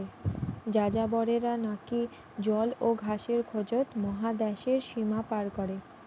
যাযাবরেরা নাকি জল ও ঘাসের খোঁজত মহাদ্যাশের সীমা পার করে